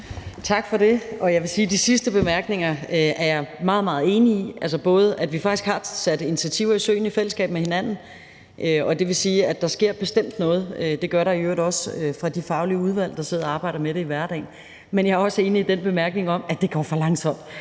Tak for det. Og jeg vil sige, at de sidste bemærkninger er jeg meget, meget enig i, altså både i, at vi faktisk har sat initiativer i søen i fællesskab, og det vil sige, at der bestemt sker noget – det gør der i øvrigt også fra de faglige udvalg, der sidder og arbejder med det i hverdagen – men også i den bemærkning om, at det går for langsomt.